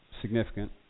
significant